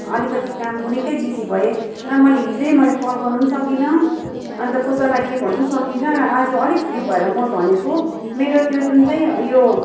अलिकति काम पनि निकै बिजी भएँ र मैले हिजै मैले कल गर्नु पनि सकिनँ अन्त कसैलाई केही भन्नु पनि सकिनँ र आज अलिक फ्री भएर म भनेको मेरो त्यो जुन चाहिँ यो